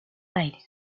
aires